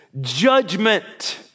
judgment